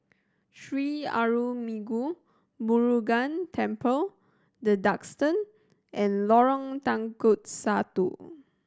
Sri Arulmigu Murugan Temple The Duxton and Lorong Satu